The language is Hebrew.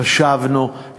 חשבנו,